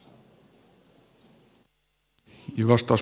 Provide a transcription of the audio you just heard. arvoisa puhemies